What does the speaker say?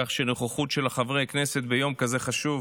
כדי שנוכחות חברי הכנסת ביום כזה חשוב